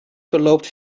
verloopt